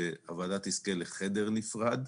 שהוועדה תזכה לחדר נפרד.